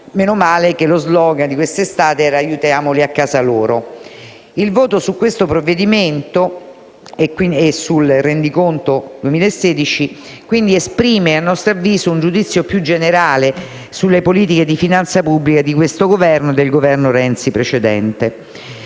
Meno male che lo *slogan* di quest'estate era: «Aiutiamoli a casa loro». Il voto su questo provvedimento e sul rendiconto 2016 esprime a nostro avviso un giudizio più generale sulle politiche di finanza pubblica di questo Governo e del precedente